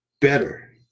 better